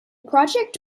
project